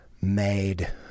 made